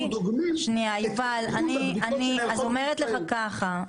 שנייה, אני אומרת לך ככה,